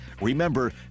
Remember